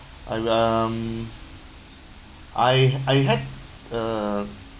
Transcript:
I um I I had uh